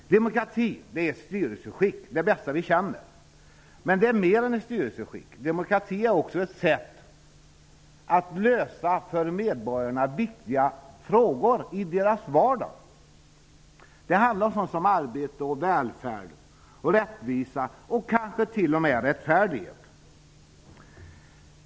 Demokrati är det bästa styrelseskick som vi känner till. Men demokrati är mer än så. Demokrati är nämligen också ett sätt att lösa för medborgarna viktiga frågor när det gäller vardagen. Det handlar om arbete, välfärd och rättvisa. Ja, det handlar kanske t.o.m. om rättfärdighet.